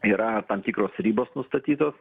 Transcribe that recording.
yra tam tikros ribos nustatytos